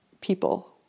people